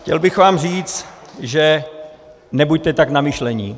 Chtěl bych vám říct, nebuďte tak namyšlení.